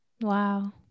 Wow